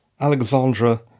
Alexandra